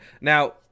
Now